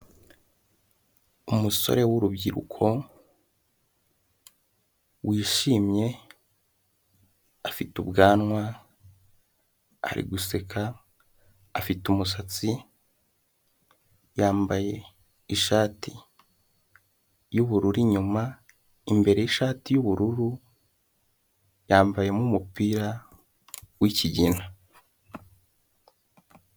Umusore w'urubyiruko wishimye afite ubwanwa ari guseka, afite umusatsi, yambaye ishati y'ubururu, inyuma imbere ishati y'ubururu, yambayemo umupira w'ikigina.